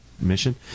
mission